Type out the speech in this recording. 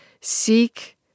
seek